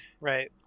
right